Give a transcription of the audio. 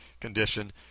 condition